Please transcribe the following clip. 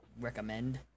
recommend